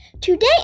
Today